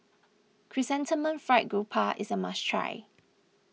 Chrysanthemum Fried Grouper is a must try